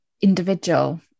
individual